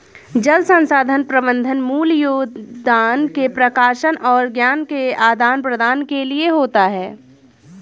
जल संसाधन प्रबंधन मूल योगदान के प्रकाशन और ज्ञान के आदान प्रदान के लिए होता है